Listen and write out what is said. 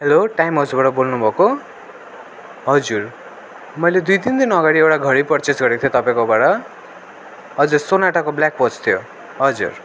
hello time हाउसबाट बोल्नुभएको हजुर मैले दुई तिन दिन अगाडि एउटा घडी पर्चेस गरेको थिएँ तपाईँकोबाट हजुर सोनाटाको ब्ल्याक वाच थियो हजुर